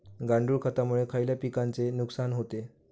गांडूळ खतामुळे खयल्या पिकांचे नुकसान होते?